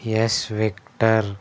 S victor